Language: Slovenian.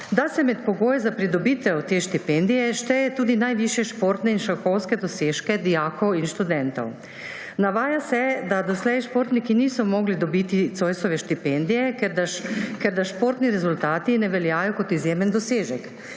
da se med pogoje za pridobitev te štipendije šteje tudi najvišje športne in šahovske dosežke dijakov in študentov. Navaja se, da doslej športniki niso mogli dobiti Zoisove štipendije, ker da športni rezultati ne veljajo kot izjemen dosežek.